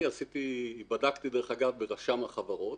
אני בדקתי ברשם החברות.